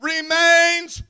remains